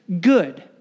good